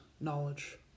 knowledge